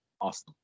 awesome